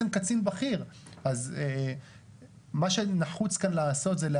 ממלכתי-דתי --- אז את בטח מכירה את הלאו של "לא